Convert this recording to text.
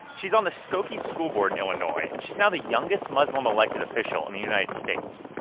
she's on the skokie school board in illinois, and she's now the youngest muslim elected official in the united states.